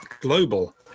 global